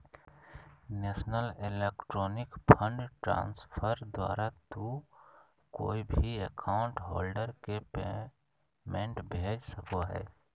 national electronic fund transfer द्वारा तू कोय भी अकाउंट होल्डर के पेमेंट भेज सको हो